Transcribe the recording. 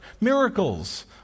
miracles